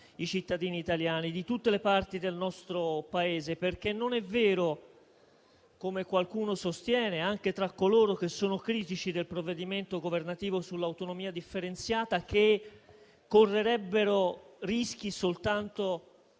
i cittadini italiani, di tutte le parti del nostro Paese. Non è vero, come qualcuno sostiene, anche tra coloro che sono critici del provvedimento governativo sull'autonomia differenziata, che soltanto